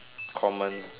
common